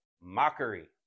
Mockery